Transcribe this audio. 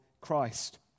Christ